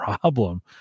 problem